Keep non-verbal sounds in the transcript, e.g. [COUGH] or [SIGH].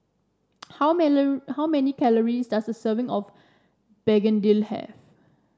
[NOISE] how [UNINTELLIGIBLE] how many calories does a serving of begedil have